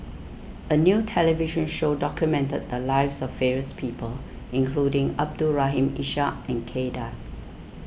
a new television show documented the lives of various people including Abdul Rahim Ishak and Kay Das